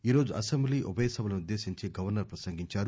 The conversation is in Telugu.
ఈరోజు అసెంబ్లీ ఉభయ సభలను ఉద్దేశించి గవర్సర్ ప్రసంగించారు